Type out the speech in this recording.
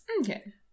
Okay